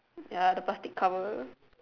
ya the plastic cover